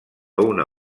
una